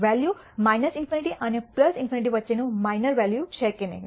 value ∞ અને ∞ વચ્ચેનું minor value છે કે નહીં